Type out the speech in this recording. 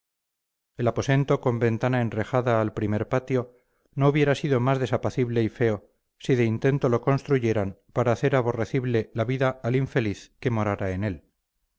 el aposento con ventana enrejada al primer patio no hubiera sido más desapacible y feo si de intento lo construyeran para hacer aborrecible la vida al infeliz que morara en él